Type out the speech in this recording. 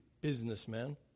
businessman